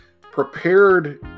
prepared